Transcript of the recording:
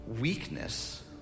weakness